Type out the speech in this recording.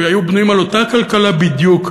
שהיו בנויים על אותה כלכלה בדיוק,